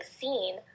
scene